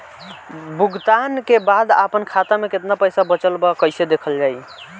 भुगतान के बाद आपन खाता में केतना पैसा बचल ब कइसे देखल जाइ?